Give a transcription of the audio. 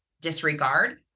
disregard